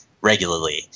regularly